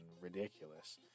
ridiculous